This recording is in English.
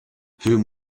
whom